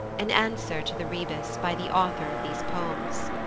an answer to the rebus, by the author of these poems.